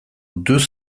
deux